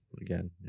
again